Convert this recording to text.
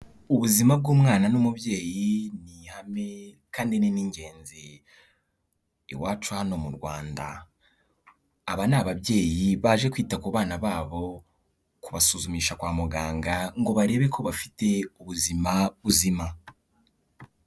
Ubuzima bw'umwana n'umubyeyi ni ihame kandi ni n'ingenzi iwacu hano mu Rwanda. Aba ni ababyeyi baje kwita ku bana babo, kubasuzumisha kwa muganga ngo barebe ko bafite ubuzima buzima.